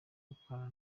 gukorana